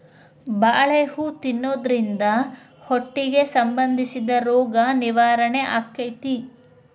ಬಾಳೆ ಹೂ ತಿನ್ನುದ್ರಿಂದ ಹೊಟ್ಟಿಗೆ ಸಂಬಂಧಿಸಿದ ರೋಗ ನಿವಾರಣೆ ಅಕೈತಿ